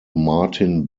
martin